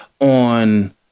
on